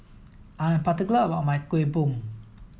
I'm particular about my Kueh Bom